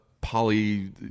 poly